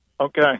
Okay